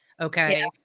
Okay